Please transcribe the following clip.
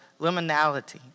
liminality